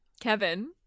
kevin